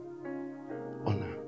Honor